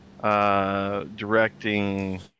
directing